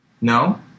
No